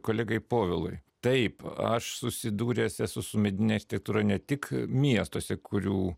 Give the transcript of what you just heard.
kolegai povilui taip aš susidūręs esu su medine architektūra ne tik miestuose kurių